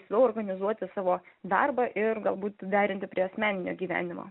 suorganizuoti savo darbą ir galbūt derinti prie asmeninio gyvenimo